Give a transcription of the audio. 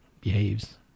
behaves